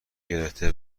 گرفته